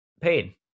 pain